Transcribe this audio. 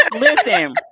Listen